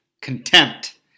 contempt